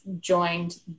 joined